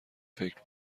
فکر